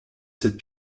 cette